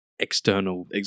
external